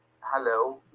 hello